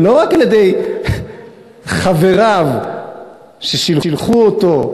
לא רק מחבריו ששלחו אותו,